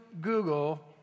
Google